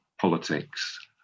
politics